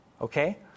okay